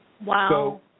Wow